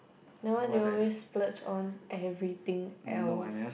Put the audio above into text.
then why do you always splurge on everything else